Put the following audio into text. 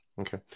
okay